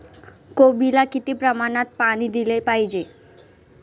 कोबीला किती प्रमाणात पाणी दिले पाहिजे?